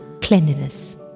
cleanliness